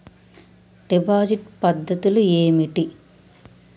Deposit పద్ధతులు ఏమిటి?